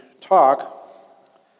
talk